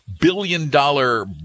billion-dollar